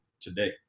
today